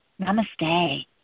Namaste